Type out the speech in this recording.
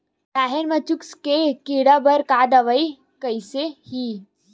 राहेर म चुस्क के कीड़ा बर का दवाई कइसे ही?